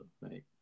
right